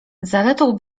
zaletą